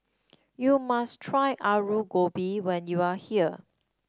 you must try Alu Gobi when you are here